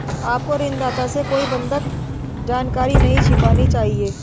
आपको ऋणदाता से कोई बंधक जानकारी नहीं छिपानी चाहिए